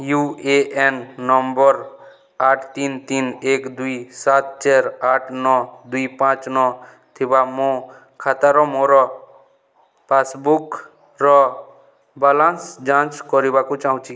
you A N number ଆଠ ତିନି ତିନି ଏକ ଦୁଇ ସାତ ଚାରି ଆଠ ନଅ ଦୁଇ ପାଞ୍ଚ ନଅ ଥିବା ମୋ ଖାତାରେ ମୋର ପାସ୍ବୁକ୍ର ବାଲାନ୍ସ୍ ଯାଞ୍ଚ କରିବାକୁ ଚାହୁଁଛି